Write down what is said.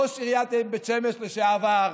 ראש עיריית בית שמש לשעבר,